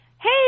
hey